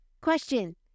Question